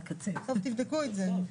תבדקו את זה.